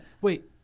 wait